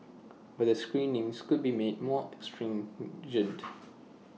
but the screenings could be made more stringent